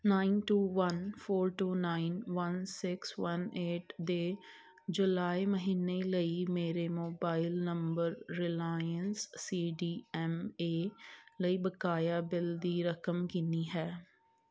nine two one four two nine one six one eight ਦੇ July ਮਹੀਨੇ ਲਈ ਮੇਰੇ mobile number Reliance C D M A ਲਈ ਬਕਾਇਆ ਬਿੱਲ ਦੀ ਰਕਮ ਕਿੰਨੀ ਹੈ